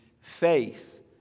faith